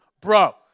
bro